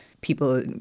people